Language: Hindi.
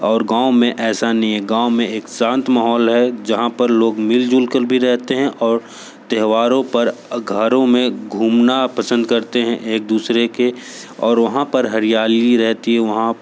और गाँव में ऐसा नही है गाँव में एक शांत माहौल है जहाँ पर लोग मिलजुल कर भी रहते हैं और त्योहारों पर घरों में घूमना पसंद करते हैं एक दूसरे के और वहाँ पर हरियाली रहती हैं वहाँ